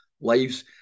lives